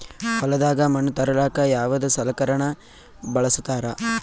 ಹೊಲದಾಗ ಮಣ್ ತರಲಾಕ ಯಾವದ ಸಲಕರಣ ಬಳಸತಾರ?